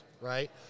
right